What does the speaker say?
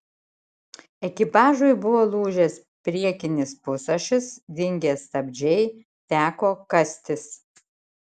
ekipažui buvo lūžęs priekinis pusašis dingę stabdžiai teko kastis